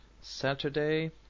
Saturday